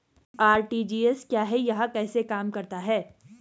RTGS क्या है यह कैसे काम करता है?